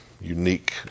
unique